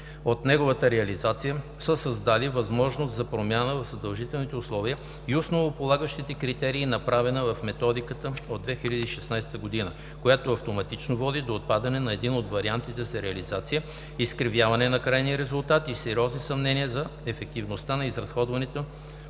от неговата реализация, са създали възможност за промяната в задължителните условия и основополагащите критерии, направена в Методиката от 2016 г., която автоматично води до отпадане на един от вариантите за реализация, изкривяване на крайния резултат и сериозни съмнения за ефективността на изразходване